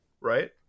right